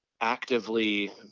actively –